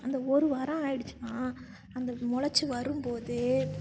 அந்த ஒரு வாரம் ஆகிடுச்சின்னா அந்த முளச்சி வரும் போது